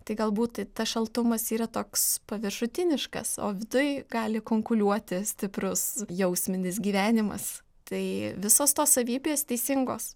tai galbūt tai tas šaltumas yra toks paviršutiniškas o viduj gali kunkuliuoti stiprius jausminis gyvenimas tai visos tos savybės teisingos